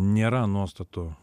nėra nuostatų